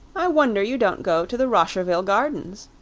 i wonder you don't go to the rosherville gardens.